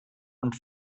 und